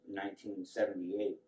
1978